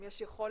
אם יש יכולת